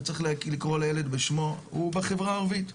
וצריך לקרוא לילד בשמו, הוא בחברה הערבית.